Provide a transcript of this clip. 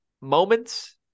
moments